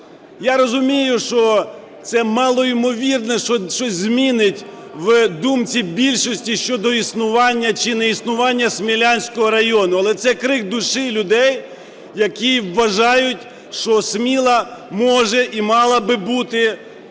Я розумію, що це мало ймовірно, що щось змінить в думці більшості щодо існування чи не існування Смілянського району. Але це крик души людей, які вважають, що Сміла може і мала би бути